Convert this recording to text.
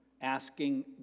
asking